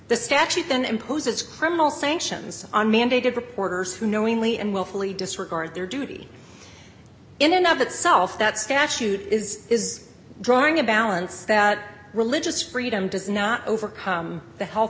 the statute then impose it's criminal sanctions on mandated reporters who knowingly and willfully disregard their duty in and of the self that statute is is drawing a balance that religious freedom does not overcome the health